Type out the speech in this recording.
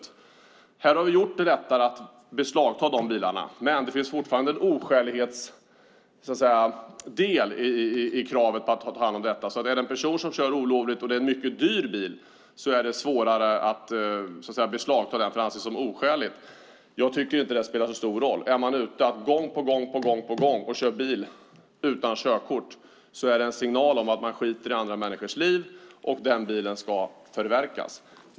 Här har vi gjort det lättare att beslagta bilarna. Men det finns fortfarande en oskälighetsdel i kravet på att ta hand om detta. Är det en person som kör olovligt och bilen är mycket dyr, är det svårare att beslagta den därför att det anses som oskäligt. Jag tycker inte att det spelar så stor roll. Är man gång på gång ute och kör bil utan körkort är det en signal om att man skiter i andra människors liv. Då ska bilen förverkas.